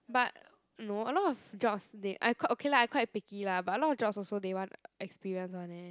but no a lot of jobs they I quite okay lah I quite picky lah but a lot of jobs also they want experience [one] eh